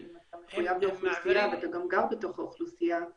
אם אתה מחויב לאוכלוסייה ואתה גם גר בתוך האוכלוסייה אז